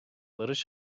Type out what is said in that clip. barış